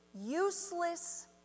useless